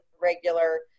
regular